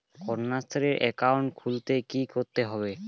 Kanyashree account খুলতে কী করতে হবে?